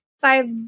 five